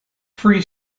free